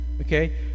Okay